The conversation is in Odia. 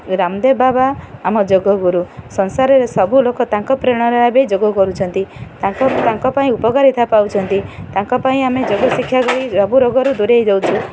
ରାମଦେବ ବାବା ଆମ ଯୋଗଗୁରୁ ସଂସାରରେ ସବୁ ଲୋକ ତାଙ୍କ ପ୍ରେରଣାରେ ଏବେ ଯୋଗ କରୁଛନ୍ତି ତାଙ୍କ ତାଙ୍କ ପାଇଁ ଉପକାରିତା ପାଉଛନ୍ତି ତାଙ୍କ ପାଇଁ ଆମେ ଯୋଗ ଶିକ୍ଷା କରି ସବୁ ରୋଗରୁ ଦୂରେଇ ଯାଉଛୁ